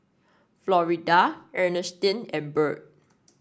Florida Ernestine and Bird